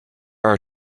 are